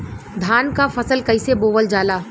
धान क फसल कईसे बोवल जाला?